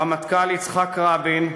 הרמטכ"ל יצחק רבין,